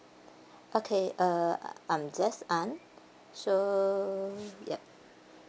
okay uh I'm just aun so yup